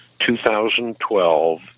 2012